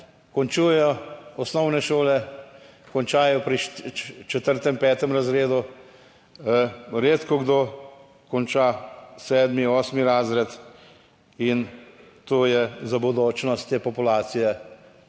končujejo osnovne šole, končajo pri 4., 5. razredu, redko kdo konča 7., 8. razred in to je za bodočnost te populacije